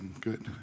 good